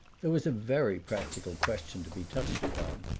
there was a very practical question to be touched upon.